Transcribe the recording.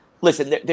listen